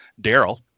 daryl